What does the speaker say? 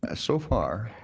ah so far,